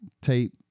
tape